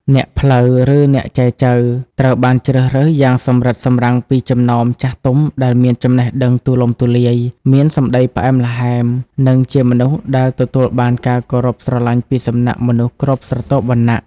អ្នកផ្លូវ ឬ "អ្នកចែចូវ" ត្រូវបានជ្រើសរើសយ៉ាងសម្រិតសម្រាំងពីចំណោមចាស់ទុំដែលមានចំណេះដឹងទូលំទូលាយ មានសម្តីផ្អែមល្ហែម និងជាមនុស្សដែលទទួលបានការគោរពស្រឡាញ់ពីសំណាក់មនុស្សគ្រប់ស្រទាប់វណ្ណៈ។